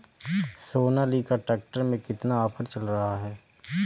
Sonalika tractor में कितना offer चल रहा है?